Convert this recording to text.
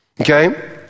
Okay